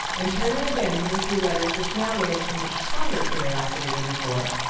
and turning again to the three letters which now raised a much stronger curiosity than before,